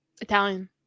Italian